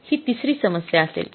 तर ही तिसरी समस्या असेल